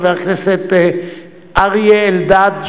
חבר הכנסת אריה אלדד,